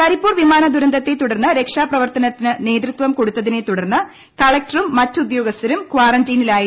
കരിപ്പൂർ വിമാന ദുരന്തത്തെ തുടർന്ന് രക്ഷാപ്രവർത്തനത്തിന് നേതൃത്വം കൊടുത്തിനെ കളക്ടറും മറ്റ് ഉദ്യോഗസ്ഥരും കാറന്റീനിലായിരുന്നു